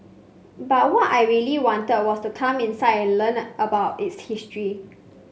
but what I really wanted was to come inside and learn about its history